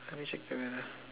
let me check the weather